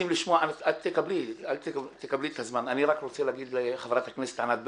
רק רוצה להגיד לחברת הכנסת ענת ברקו,